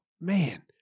man